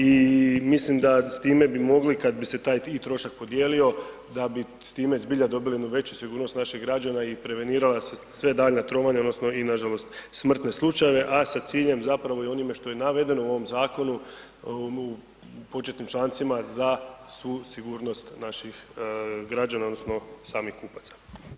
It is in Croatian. I mislim da s time bi mogli kad bi se taj trošak i podijelio, da bi s time zbilja dobili jednu veću sigurnost naših građana i prevenirala se sve daljnja trovanja odnosno i nažalost smrtne slučajeve a sa ciljem zapravo i onime što je navedeno u ovom zakonu, u početnim člancima, da su sigurnost naših građana odnosno samih kupaca.